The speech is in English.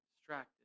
Distracted